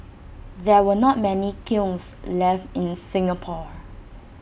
there were not many kilns left in Singapore